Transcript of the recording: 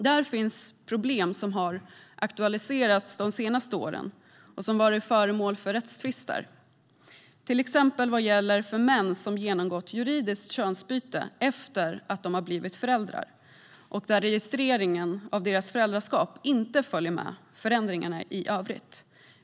Där finns problem som har aktualiserats de senaste åren och som har varit föremål för rättstvister, till exempel när det gäller män som har genomgått juridiskt könsbyte efter att de blivit föräldrar och där registreringen av deras föräldraskap inte följer med förändringarna i övrigt.